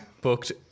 Booked